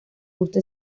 gusta